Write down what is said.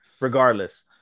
Regardless